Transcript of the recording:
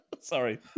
Sorry